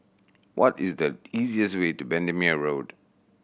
what is the easiest way to Bendemeer Road